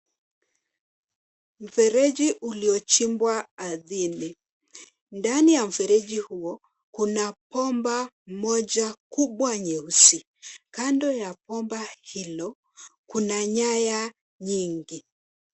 Mfereji uliochimbwa ardhini. Ndani ya mfereji huo kuna bomba moja kubwa nyeusi. Kando ya bomba hilo kuna nyanya nyingi.